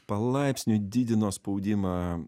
palaipsniui didino spaudimą